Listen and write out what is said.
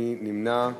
מי נמנע?